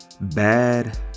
Bad